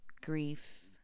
grief